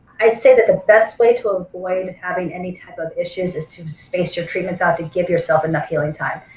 i'd say that the best way to avoid having any type of issues is to space your treatments out to give yourself enough healing time.